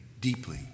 deeply